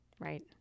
Right